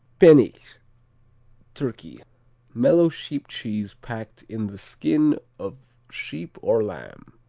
pennich turkey mellow sheep cheese packed in the skin of sheep or lamb.